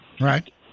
right